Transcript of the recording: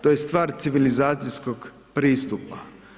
To je stvar civilizacijskog pristupa.